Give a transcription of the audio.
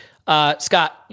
Scott